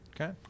Okay